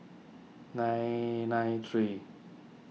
nine nine three